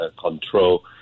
control